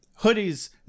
hoodies